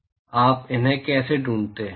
आप उन्हें कैसे ढूंढते हैं